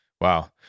Wow